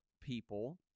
people